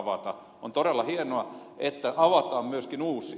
on todella hienoa että avataan myöskin uusia